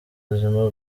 ubuzima